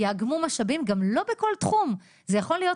יעשו איגום משאבים גם לא בכל תחום זה יכול להיות